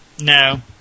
No